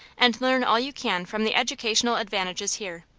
and learn all you can from the educational advantages here.